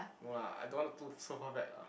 no lah I don't want to too so far back lah